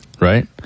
Right